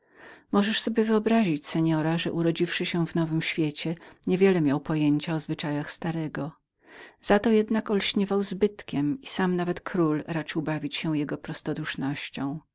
możesz sobie wyobrazić seora że urodziwszy się w nowym świecie nie wiele miał pojęcia o zwyczajach starego pomimo to jednak ćmił zbytkiem i sam nawet król raczył bawić się jego